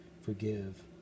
forgive